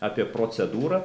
apie procedūrą